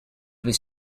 was